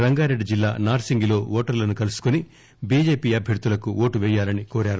రంగారెడ్డి జిల్లా నార్పింగిలో ఓటర్లను కలుసుకుని బీజేపీ అభ్యర్గులకు ఓటుపేయాలని కోరారు